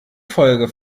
folge